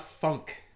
funk